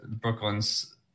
Brooklyn's